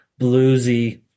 bluesy